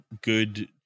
good